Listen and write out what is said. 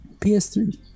ps3